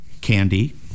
candy